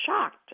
shocked